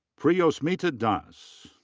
priyosmita das.